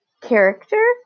character